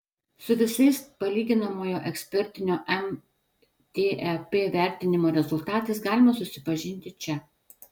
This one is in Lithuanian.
su visais palyginamojo ekspertinio mtep vertinimo rezultatais galima susipažinti čia